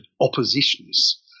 oppositions